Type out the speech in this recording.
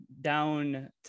down